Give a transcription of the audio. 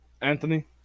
Anthony